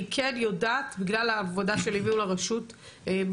אני כן יודעת בגלל העבודה שלי מול הרשות בכל